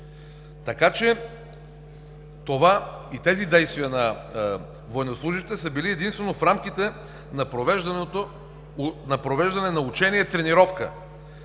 това и тези действия на военнослужещите са били единствено в рамките на провеждане на учение, тренировка